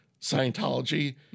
Scientology